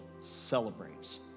celebrates